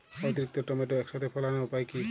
অতিরিক্ত টমেটো একসাথে ফলানোর উপায় কী?